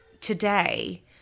today